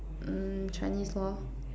mm Chinese lor